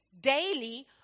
daily